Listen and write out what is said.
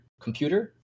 computer